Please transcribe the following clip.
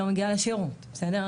עצירה, לא מגיעה לשירות, בסדר?